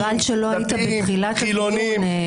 חילוניים --- חבל שלא היית בתחילת הדיון.